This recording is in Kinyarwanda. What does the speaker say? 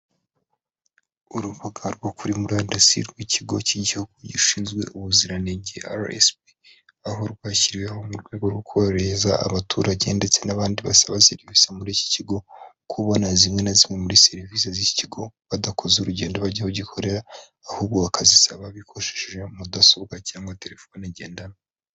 Urubuga rwo kuri murandasi rw'ikigo cy'igihugu gishinzwe ubuziranenge (RSB), aho rwashyiriweho mu rwego rwo korohereza abaturage ndetse n'abandi basaba serivisi muri iki kigo, kubona zimwe na zimwe muri serivisi z'ikigo badakoze urugendo bajya bagikorera; ahubwo bakazisaba bakoresheje mudasobwa cyangwa telefone ngendanwa.